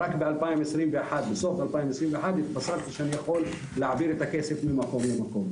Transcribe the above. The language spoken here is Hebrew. רק בסוף 2021 התבשרתי שאני יכול להעביר את הכסף ממקום למקום,